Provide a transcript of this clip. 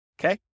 okay